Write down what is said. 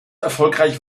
erfolgreich